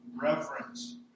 reverence